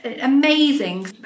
amazing